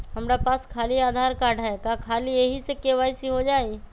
हमरा पास खाली आधार कार्ड है, का ख़ाली यही से के.वाई.सी हो जाइ?